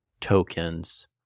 tokens